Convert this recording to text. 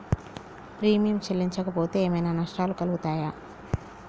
Premium చెల్లించకపోతే ఏమైనా నష్టాలు కలుగుతయా?